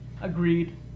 Agreed